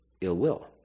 ill-will